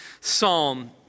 psalm